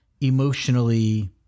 emotionally